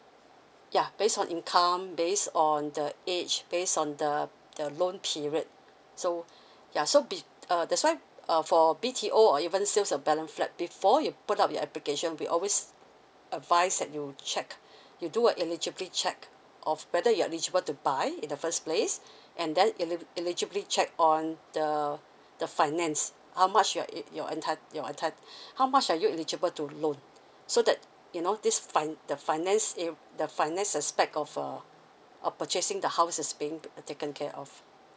ya based on income based on the age based on the the loan period so ya so be~ uh that's why uh for B_T_O or even sales of balance flat before you put up your application we always advise that you check you do a eligibly check of whether you're eligible to buy in the first place and then eligible check on the the finance how much you're you're entitle you're entitle how much are you eligible to loan so that you know this fin~ the finance area the finance aspect of a a purchasing the house is being taken care of